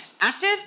active